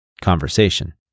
conversation